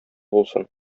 булсын